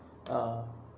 err